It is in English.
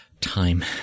time